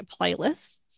playlists